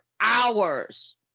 hours